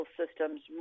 systems